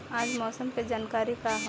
आज मौसम के जानकारी का ह?